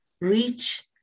reach